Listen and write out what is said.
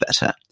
better